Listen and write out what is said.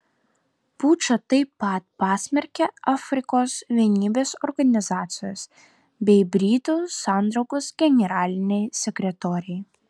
pučą taip pat pasmerkė afrikos vienybės organizacijos bei britų sandraugos generaliniai sekretoriai